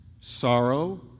sorrow